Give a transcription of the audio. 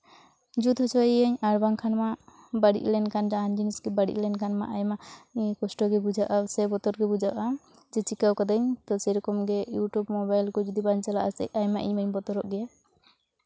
ᱡᱩᱛ ᱦᱚᱪᱚᱭᱮᱭᱟᱹᱧ ᱟᱨ ᱵᱟᱝᱠᱷᱟᱱ ᱢᱟ ᱵᱟᱹᱲᱤᱡ ᱞᱮᱱᱠᱷᱟᱱ ᱡᱟᱦᱟᱱ ᱡᱤᱱᱤᱥ ᱵᱟᱹᱲᱤᱡ ᱞᱮᱱᱠᱷᱟᱱ ᱢᱟ ᱟᱭᱢᱟ ᱠᱚᱥᱴᱚᱜᱮ ᱵᱩᱡᱷᱟᱹᱜᱼᱟ ᱥᱮ ᱵᱚᱛᱚᱨ ᱜᱮ ᱵᱩᱡᱷᱟᱹᱜᱼᱟ ᱡᱮ ᱪᱤᱠᱟᱹ ᱠᱟᱹᱫᱟᱹᱧ ᱛᱚ ᱥᱮᱭᱨᱚᱠᱚᱢᱜᱮ ᱤᱭᱩᱴᱩᱵᱽ ᱢᱳᱵᱟᱭᱤᱞ ᱠᱚ ᱡᱩᱫᱤ ᱵᱟᱝ ᱪᱟᱞᱟᱜᱼᱟ ᱟᱭᱢᱟ ᱟᱭᱢᱟᱧ ᱵᱚᱛᱚᱨᱚᱜ ᱜᱮᱭᱟ